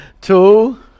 Two